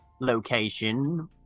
location